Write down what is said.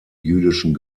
jüdischen